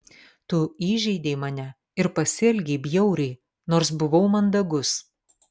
tu įžeidei mane ir pasielgei bjauriai nors buvau mandagus